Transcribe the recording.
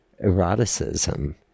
eroticism